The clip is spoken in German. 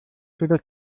kommen